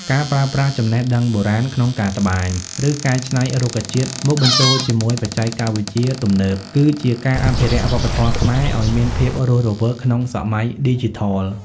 ការប្រើប្រាស់ចំណេះដឹងបុរាណក្នុងការត្បាញ ឬកែច្នៃរុក្ខជាតិមកបញ្ចូលជាមួយបច្ចេកវិទ្យាទំនើប គឺជាការអភិរក្សវប្បធម៌ខ្មែរឱ្យមានភាពរស់រវើកក្នុងសម័យឌីជីថល។